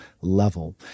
level